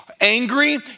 angry